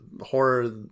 horror